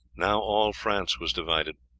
now all france was divided.